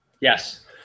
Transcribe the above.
Yes